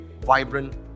vibrant